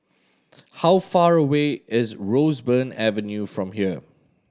how far away is Roseburn Avenue from here